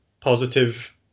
positive